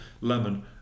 lemon